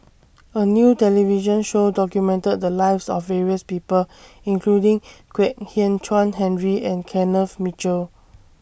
A New television Show documented The Lives of various People including Kwek Hian Chuan Henry and Kenneth Mitchell